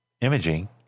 imaging